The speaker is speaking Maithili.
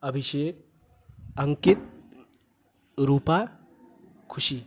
अभिषेक अङ्कित रूपा खुशी